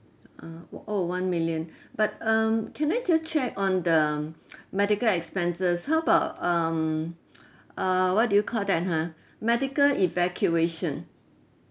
ah w~ oh one million but um can I just check on the medical expenses how about um err what do you call that ha medical evacuation